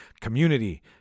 Community